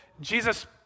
Jesus